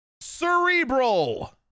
Cerebral